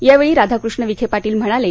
या वेळी राधाकष्ण विखे पाटील म्हणाले